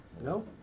No